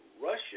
Russia